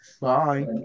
Bye